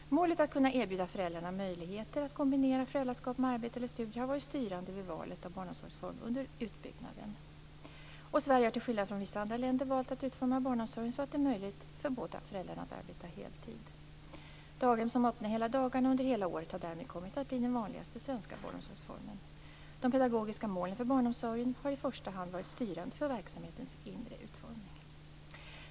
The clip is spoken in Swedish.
Målet att kunna erbjuda föräldrarna möjligheter att kombinera föräldraskap med arbete eller studier har varit styrande vid valet av barnomsorgsform under utbyggnaden. Sverige har till skillnad från vissa andra länder valt att utforma barnomsorgen så att det är möjligt för båda föräldrarna att arbeta heltid. Daghem som är öppna hela dagarna och under hela året har därmed kommit att bli den vanligaste svenska barnomsorgsformen. De pedagogiska målen för barnomsorgen har i första hand varit styrande för verksamhetens inre utformning.